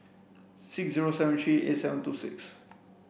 six zero seven three eight seven two six